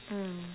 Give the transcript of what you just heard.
mm